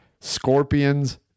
scorpions